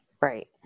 Right